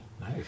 Nice